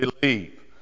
believe